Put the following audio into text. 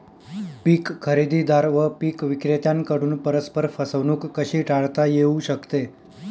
पीक खरेदीदार व पीक विक्रेत्यांकडून परस्पर फसवणूक कशी टाळता येऊ शकते?